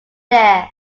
there